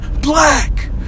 black